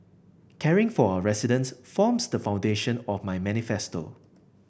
caring for our residents forms the foundation of my manifesto